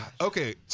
Okay